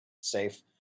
safe